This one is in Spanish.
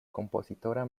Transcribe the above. compositora